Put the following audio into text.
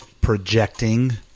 projecting